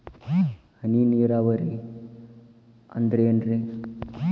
ಹನಿ ನೇರಾವರಿ ಅಂದ್ರೇನ್ರೇ?